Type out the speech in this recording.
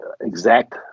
exact